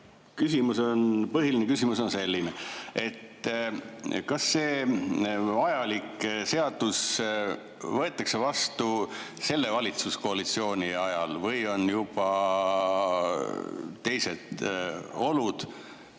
palju, aga põhiline küsimus on selline: kas see vajalik seadus võetakse vastu selle valitsuskoalitsiooni ajal või on juba teised olud,